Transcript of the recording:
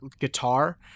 guitar